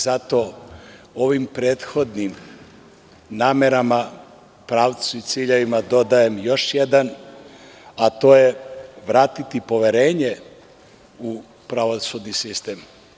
Zato ovim prethodnim namerama, pravcu i ciljevima dodajem još jedan, a to je vratiti poverenje u pravosudni sistem.